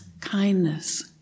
kindness